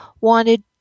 wanted